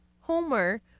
homer